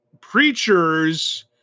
preachers